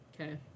Okay